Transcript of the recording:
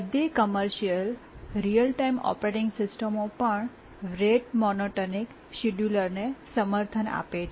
બધી commercial real time operating સિસ્ટમો પણ રેટ મોનોટોનિક શિડ્યુલરને સમર્થન આપે છે